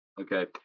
Okay